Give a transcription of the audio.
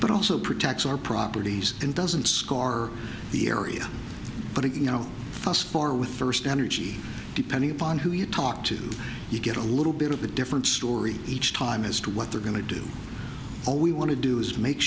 but also protects our properties and doesn't scar the area but it you know for with first energy depending upon who you talk to you get a little bit of a different story each time as to what they're going to do all we want to do is make